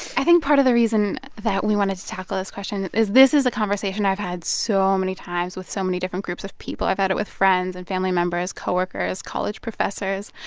i think part of the reason that we wanted to tackle this question is this is a conversation i've had so many times with so many different groups of people. i've had it with friends and family members, co-workers, college professors.